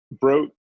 broke